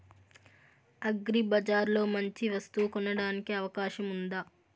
అగ్రిబజార్ లో మంచి వస్తువు కొనడానికి అవకాశం వుందా?